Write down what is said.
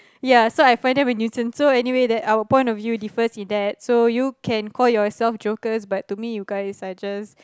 ya so I find them a nuisance so anyway that our point of view differs in that so you can call yourself jokers but to me you guys are just